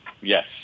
Yes